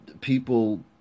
people